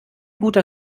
guter